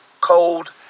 cold